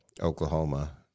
Oklahoma